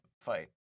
fight